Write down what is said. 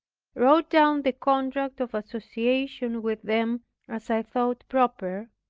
wrote down the contract of association with them as i thought proper.